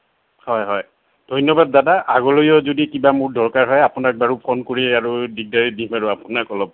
হয় হয় ধন্যবাদ দাদা আগলৈও যদি কিবা মোৰ দৰকাৰ হয় আপোনাক বাৰু ফোন কৰি আৰু দিগদাৰী দিম আৰু আপোনাক অলপ